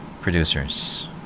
producers